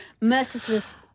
merciless